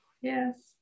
yes